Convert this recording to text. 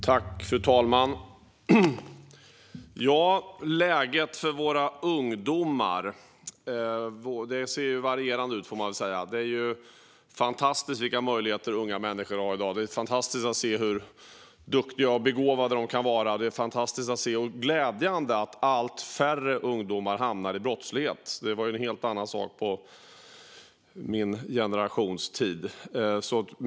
Fru talman! Läget för våra ungdomar varierar. Det är fantastiskt vilka möjligheter unga människor har i dag, och det är fantastiskt att se hur duktiga och begåvade de kan vara. Och det är glädjande att allt färre ungdomar hamnar i brottslighet. Det var en helt annan sak när min generation var ung.